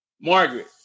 Margaret